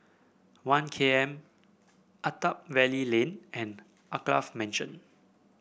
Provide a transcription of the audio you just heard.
One K M Attap Valley Lane and Alkaff Mansion